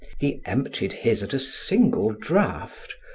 he emptied his at a single draught,